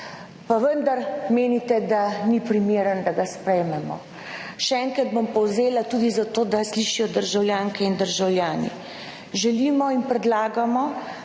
pa vendar menite, da ni primeren, da ga sprejmemo. Še enkrat bom povzela, tudi za to, da slišijo državljanke in državljani, želimo in predlagamo,